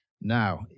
Now